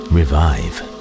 Revive